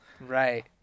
right